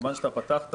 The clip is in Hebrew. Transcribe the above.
מכיוון פתחת